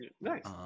Nice